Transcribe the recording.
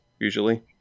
usually